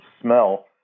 smell